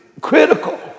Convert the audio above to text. critical